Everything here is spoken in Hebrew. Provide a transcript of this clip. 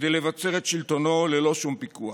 כדי לבצר את שלטונו ללא שום פיקוח.